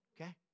okay